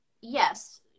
yes